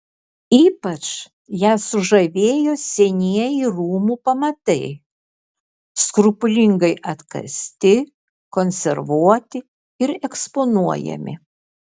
ypač ją sužavėjo senieji rūmų pamatai skrupulingai atkasti konservuoti ir eksponuojami